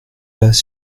pas